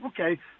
okay